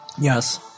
Yes